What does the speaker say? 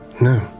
No